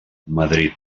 madrid